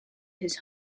his